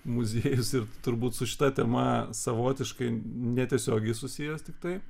muziejus ir turbūt su šita tema savotiškai netiesiogiai susijęs tiktai